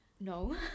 no